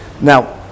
Now